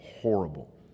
horrible